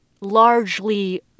largely